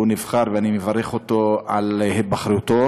הוא נבחר, ואני מברך אותו על היבחרו.